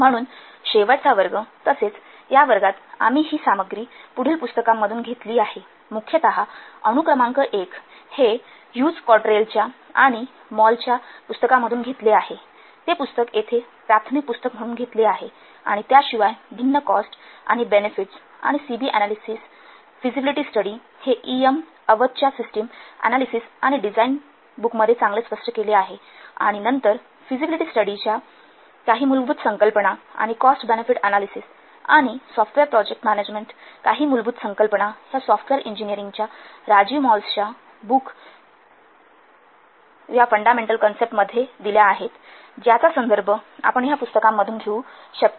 म्हणून शेवटचा वर्ग तसेच या वर्गात आम्ही ही सामग्री पुढील पुस्तकांमधून घेतली आहे मुख्यतः अनुक्रमांक १ हे ह्यूज कॉटेरेलच्या आणि मॉल च्या पुस्तका मधून घेतली आहे ते पुस्तक येथे प्राथमिक पुस्तक म्हणून घेतले आहे आणि त्याशिवाय भिन्न कॉस्ट आणि बेनेफिट्स आणि सी बी अनालिसिसचा फिझिबिलिटी स्टडी हे ईएम अवदच्या सिस्टम अनालिसिस आणि डिझाईन बुकमध्ये चांगले स्पष्ट केले आहे आणि नंतर फिझिबिलिटी स्टडी च्या काही मूलभूत संकल्पना आणि कॉस्ट बेनेफिट अनालिसिस आणि सॉफ्टवेअर प्रोजेक्ट मॅनेजमेंट काही मूलभूत संकल्पना ह्या सॉफ्टवेअर इंजिनीरींगच्या राजीव मॉल्स बुकच्या या फंडामेंट्ल कन्सेप्ट मध्ये दिल्या आहेत ज्याचा संदर्भ आपण या पुस्तकांमधून घेऊ शकता